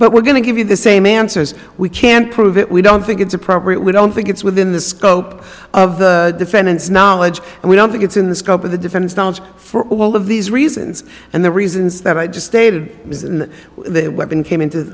but we're going to give you the same answers we can prove it we don't think it's appropriate we don't think it's within the scope of the defendant's knowledge and we don't think it's in the scope of the defense knowledge for all of these reasons and the reasons that i just stated is in the weapon came into